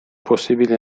possibili